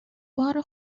بار